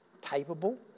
capable